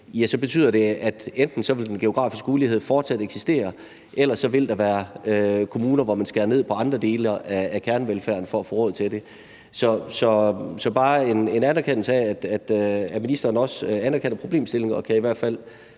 med, betyder det, at enten vil den geografiske ulighed fortsat eksistere, eller også vil der være kommuner, der skærer ned på andre dele af kernevelfærden for at få råd til det. Så det er bare en anerkendelse af, at ministeren også anerkender problemstillingen, og jeg kan i hvert fald